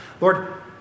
Lord